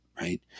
Right